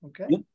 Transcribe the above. Okay